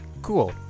cool